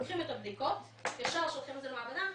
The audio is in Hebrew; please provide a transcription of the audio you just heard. לוקחים את הבדיקות, ישר שולחים למעבדה.